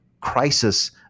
crisis